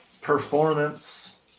performance